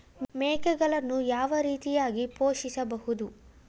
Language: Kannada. ಮೇಕೆಗಳನ್ನು ಯಾವ ರೀತಿಯಾಗಿ ಪೋಷಿಸಬಹುದು?